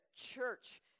church